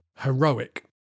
heroic